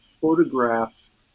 photographs